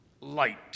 light